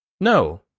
No